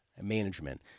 management